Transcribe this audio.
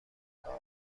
کار